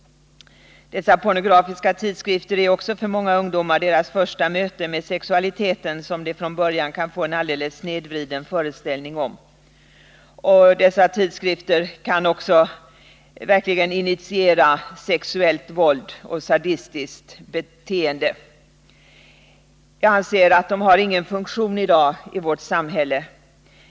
De pornografiska tidskrifterna är också för många ungdomar deras första möte med sexualiteten, som de från början kan få en alldeles snedvriden föreställning om. Tidskrifterna kan verkligen också initiera sexuellt våld och sadistiskt beteende. Jag anser att de i dag inte har någon funktion i vårt samhälle.